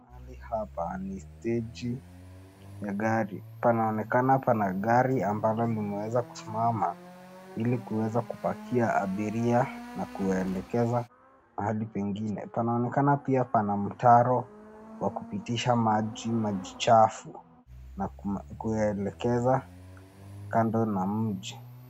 Mahali hapa ni steji ya gari, panaonekana pana gari ambalo limeweza kusimama ili kuweza kupakia abiria na kuwaelekeza mahali pengine. Panaonekana pia pana mtaro wa kupitisha maji, maji chafu na kuelekeza kando na mji.